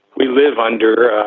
we live under,